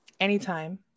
Anytime